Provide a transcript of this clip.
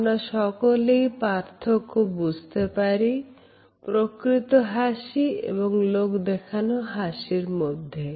আমরা সকলেই পার্থক্য বুঝতে পারি প্রকৃত হাসি এবং লোক দেখানো হাসির মধ্যে